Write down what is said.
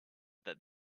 that